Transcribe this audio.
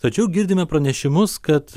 tačiau girdime pranešimus kad